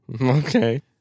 Okay